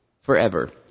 forever